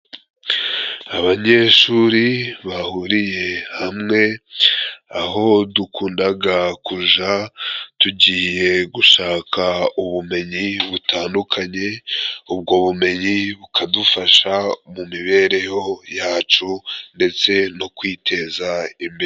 Abanyeshuri bahuriye hamwe aho dukundaga kuja tugiye gushaka ubumenyi butandukanye, ubwo bumenyi bukadufasha mu mibereho yacu ndetse no kwiteza imbere.